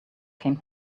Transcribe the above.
came